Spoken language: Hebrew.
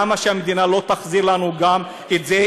למה שהמדינה לא תחזיר לנו גם את זה,